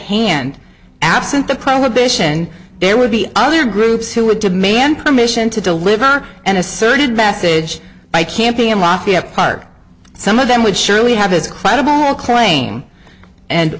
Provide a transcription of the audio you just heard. hand absent the prohibition there would be other groups who would demand permission to deliver and asserted passage by camping in lafayette park some of them would surely have his credible claim and